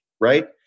right